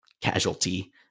casualty